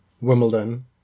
Wimbledon